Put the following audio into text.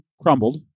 crumbled